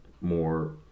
more